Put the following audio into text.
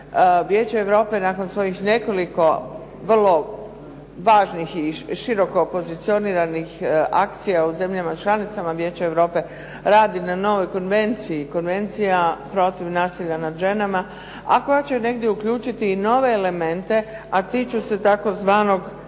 Vijeće Europe nakon svojih nekoliko vrlo važnih i široko pozicioniranih akcija u zemljama članicama Vijeća Europe radi na novoj konvenciji, Konvenciji protiv nasilja nad ženama a koja će negdje uključiti i nove elemente a tiču se tzv.